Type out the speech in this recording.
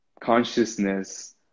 consciousness